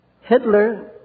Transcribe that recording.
Hitler